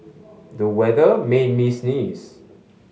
the weather made me sneeze